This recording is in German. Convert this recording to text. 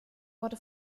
wurde